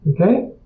Okay